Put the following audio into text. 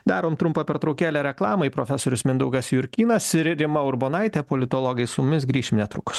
darom trumpą pertraukėlę reklamai profesorius mindaugas jurkynas ir rima urbonaitė politologai su mes grįšime netrukus